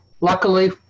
Luckily